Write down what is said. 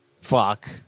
Fuck